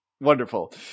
wonderful